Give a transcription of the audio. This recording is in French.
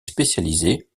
spécialisée